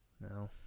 No